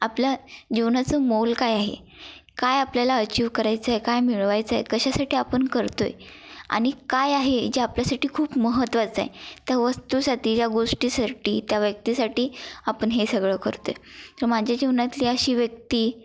आपल्या जीवनाचं मोल काय आहे काय आपल्याला अचिव करायचं आहे काय मिळवायचं आहे कशासाठी आपण करतो आहे आणि काय आहे जे आपल्यासाठी खूप महत्त्वाचं आहे त्या वस्तूसाठी ज्या गोष्टीसाठी त्या व्यक्तीसाठी आपण हे सगळं करतो आहे तर माझ्या जीवनातली अशी व्यक्ती